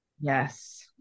Yes